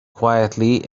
quietly